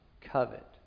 covet